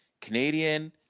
canadian